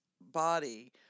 body